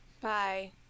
bye